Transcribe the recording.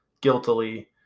guiltily